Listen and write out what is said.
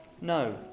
No